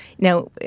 Now